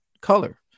color